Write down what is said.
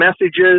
messages